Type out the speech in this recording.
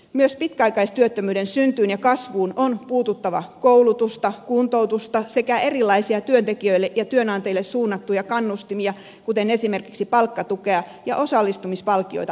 myös pitkäaikaistyöttömyyden syntyyn ja kasvuun on puututtava lisäämällä koulutusta kuntoutusta sekä erilaisia työntekijöille ja työnantajille suunnattuja kannustimia kuten esimerkiksi palkkatukea ja osallistumispalkkioita